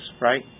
Right